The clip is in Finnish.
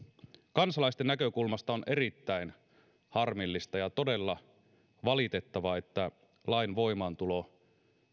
kansalaisten näkökulmasta on erittäin harmillista ja todella valitettavaa että lain voimaantulo